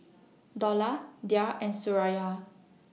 Dollah Dhia and Suraya